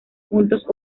puntos